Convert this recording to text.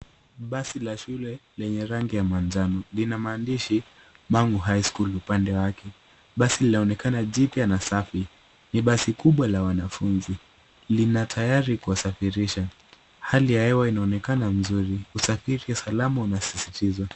Basi la shule lenye rangi ya manjano. Lina maandishi Mang'u highschool upande wake. Basi linaonekana jipya na safi. Ni basi kubwa la wanafunzi. Lina tayari kuwasafirisha. Hali ya hewa inaonekana nzuri. Usafiri salama unasisitizwa.